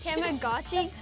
Tamagotchi